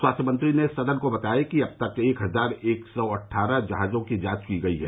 स्वास्थ्य मंत्री ने सदन को बताया कि अब तक एक हजार एक सौ अट्ठारह जहाजों की जांच की गई है